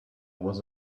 was